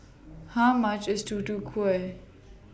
How much IS Tutu Kueh